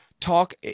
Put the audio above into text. talk